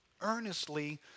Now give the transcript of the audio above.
Earnestly